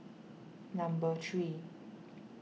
number three